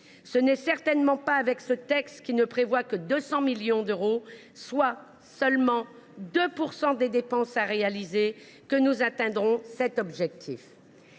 Ce n’est certainement pas au travers de ce texte, qui ne prévoit que 200 millions d’euros, soit seulement 2 % des dépenses à réaliser, que nous atteindrons cet objectif.